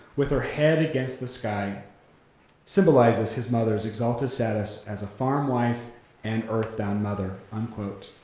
with her head against the sky symbolizes his mother's exalted status as a farm wife and earthbound mother, unquote.